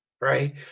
right